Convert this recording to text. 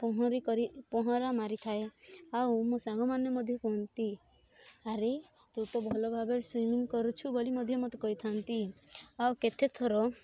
ପହଁରି କରି ପହଁରା ମାରିଥାଏ ଆଉ ମୋ ସାଙ୍ଗମାନେ ମଧ୍ୟ କୁହନ୍ତି ଆରେ ତୁ ତ ଭଲ ଭାବରେ ସୁଇମିଂ କରୁଛୁ ବୋଲି ମଧ୍ୟ କହିଥାନ୍ତି ଆଉ କେତେଥର